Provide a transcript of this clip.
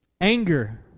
anger